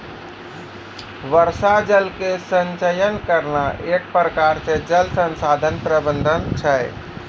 वर्षा जल के संचयन करना एक प्रकार से जल संसाधन प्रबंधन छै